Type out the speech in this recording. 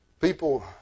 people